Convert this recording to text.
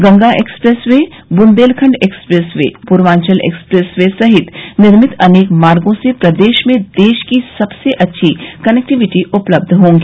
Ganga expressway Bundelkhand expressway Purvanchal expressway सहित निर्मित अनेक मार्गो से प्रदेश में देश की सबसे अच्छी कनेक्टिविटी उपलब्ध होंगी